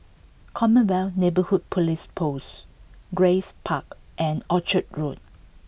Commonwealth Neighbourhood Police Post Grace Park and Orchard Road